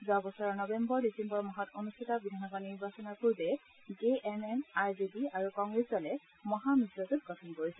যোৱা বছৰৰ November December মাহত অনুষ্ঠিত বিধানসভা নিৰ্বাচনৰ পূৰ্বে J M M R J D আৰু কংগ্ৰেছ দলে মহা মিত্ৰজোট গঠন কৰিছিল